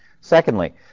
Secondly